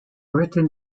written